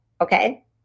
Okay